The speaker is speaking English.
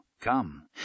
Come